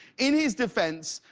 in his defense,